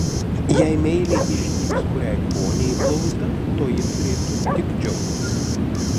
jei meiliai įžnybs kuriai poniai į blauzdą toji turėtų tik džiaugtis